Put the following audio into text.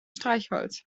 streichholz